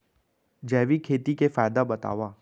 जैविक खेती के फायदा बतावा?